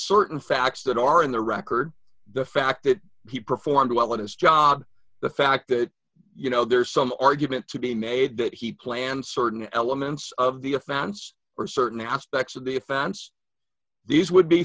certain facts that are in the record the fact that he performed well in his job the fact that you know there's some argument to be made that he planned certain elements of the a founds or certain aspects of the offense these would be